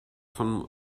von